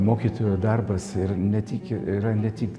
mokytojo darbas ir netik yra ne tik